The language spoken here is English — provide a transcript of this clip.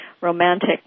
romantic